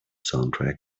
soundtrack